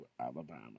Alabama